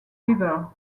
river